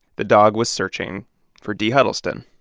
the dog was searching for dee huddleston?